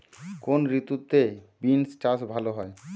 কোন ঋতুতে বিন্স চাষ ভালো হয়?